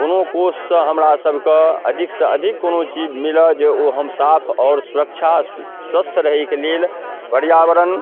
कोनो कोषसँ हमरा सभके अधिकसँ अधिक कोनो चीज मिलै जे ओ हम साफ आओर सुरक्षा स्वस्थ रहैके लेल पर्यावरण